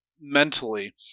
mentally